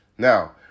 Now